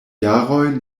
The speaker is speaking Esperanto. jaroj